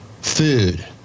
food